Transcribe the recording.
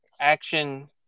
action